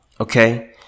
Okay